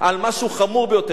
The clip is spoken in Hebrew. על משהו חמור ביותר,